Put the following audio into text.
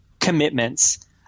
commitments